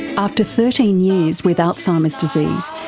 after thirteen years with alzheimer's disease,